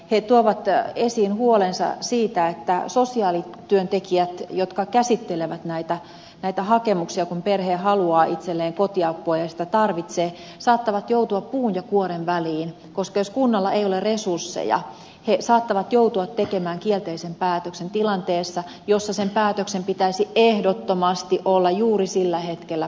he tuovat esiin huolensa siitä että sosiaalityöntekijät jotka käsittelevät näitä hakemuksia kun perhe haluaa itselleen kotiapua ja sitä tarvitsee saattavat joutua puun ja kuoren väliin koska jos kunnalla ei ole resursseja he saattavat joutua tekemään kielteisen päätöksen tilanteessa jossa sen päätöksen pitäisi ehdottomasti olla juuri sillä hetkellä positiivinen